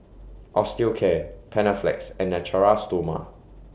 Osteocare Panaflex and Natura Stoma